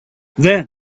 then